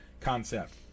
concept